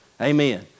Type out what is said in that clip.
Amen